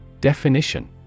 Definition